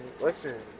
listen